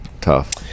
tough